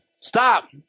stop